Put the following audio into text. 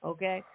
Okay